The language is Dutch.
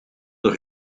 door